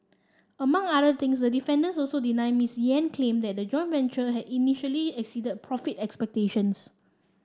among other things the defendants also deny Miss Yen's claim that the joint venture had initially exceeded profit expectations